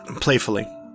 playfully